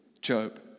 Job